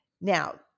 Now